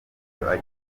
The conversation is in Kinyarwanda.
agira